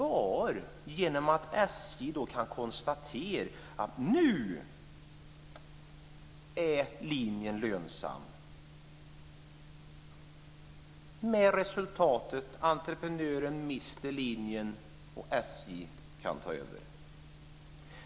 SJ behöver bara konstatera att nu är linjen lönsam, med resultatet att entreprenören mister linjen, och SJ kan ta över.